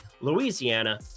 Louisiana